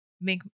make